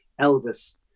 Elvis